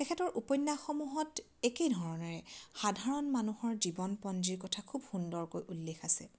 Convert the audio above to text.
তেখেতৰ উপন্যাসসমূহত একেই ধৰণেৰে সাধাৰণ মানুহৰ জীৱনপঞ্জীৰ কথা খুব সুন্দৰকৈ উল্লেখ আছে